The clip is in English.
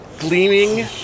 gleaming